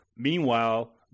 Meanwhile